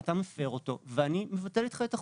אתה מפר אותו ואני מבטל איתך את החוזה.